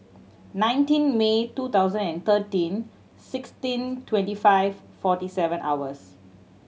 nineteen May two thousand and thirteen sixteen twenty five forty seven hours